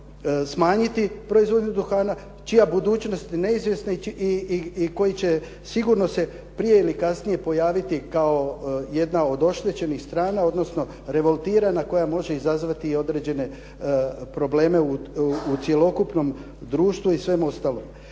smanjiti proizvodnju duhana, čija budućnost je neizvjesna i koji će sigurno se prije ili kasnije pojaviti kao jedna od oštećenih strana, odnosno revoltirana koja može izazvati i određene probleme u cjelokupnom društvu i svemu ostalome.